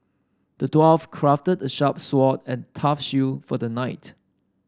the dwarf crafted a sharp sword and tough shield for the knight